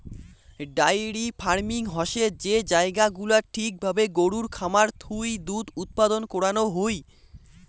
diary farming হসে যে জায়গা গুলাত ঠিক ভাবে গরুর খামার থুই দুধ উৎপাদন করানো হুই